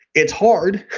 it's hard,